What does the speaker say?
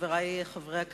חברי חברי הכנסת,